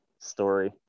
story